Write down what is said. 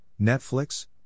Netflix